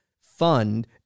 fund